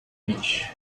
beach